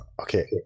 Okay